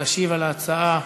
תשיב על ההצעה,